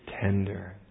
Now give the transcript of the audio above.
tender